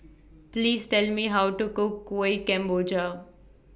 Please Tell Me How to Cook Kuih Kemboja